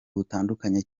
butandukanye